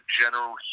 general